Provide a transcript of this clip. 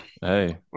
Hey